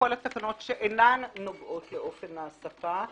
בכל התקנות שאינן נוגעות לאופן ההעסקה,